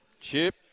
Chip